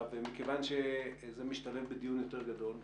מכיון שזה משתלב בדיון יותר גדול,